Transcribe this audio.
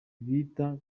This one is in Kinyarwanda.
bita